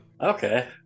Okay